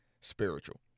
spiritual